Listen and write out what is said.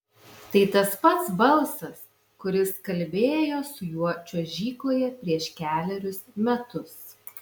tai tas pats balsas kuris kalbėjo su juo čiuožykloje prieš kelerius metus